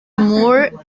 moore